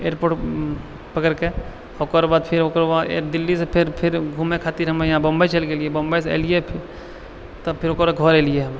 airport पकड़िकऽ ओकर बाद फेर ओकर बाद दिल्लीसँ फेर घुमै खातिर हमे यहाँ बम्बै घुमै चलि गेलिए बम्बैसँ एलिए तब फेर ओकर घर एलिए हमे